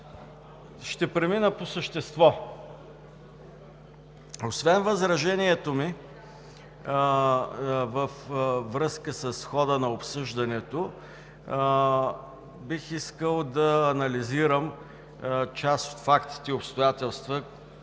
Ще премина по същество. Освен възражението ми във връзка с хода на обсъждането, бих искал да анализирам част от фактите и обстоятелствата,